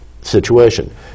situation